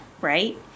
right